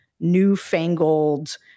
newfangled